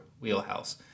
wheelhouse